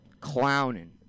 Clowning